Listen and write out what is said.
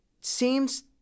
seems